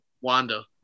Wanda